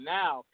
now